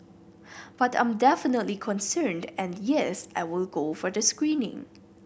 but I'm definitely concerned and yes I will go for the screening